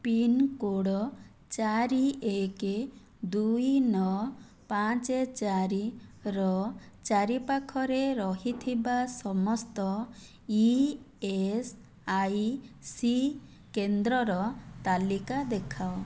pincode ଚାରି ଏକେ ଦୁଇ ନଅ ପାଞ୍ଚେ ଚାରି ର ଚାରିପାଖରେ ରହିଥିବା ସମସ୍ତ ଇ ଇସ୍ ଆଇ ସି କେନ୍ଦ୍ରର ତାଲିକା ଦେଖାଅ